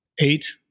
eight